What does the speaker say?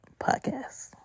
podcast